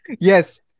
Yes